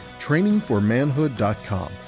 trainingformanhood.com